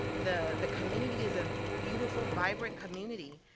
the the community is a beautiful, vibrant community.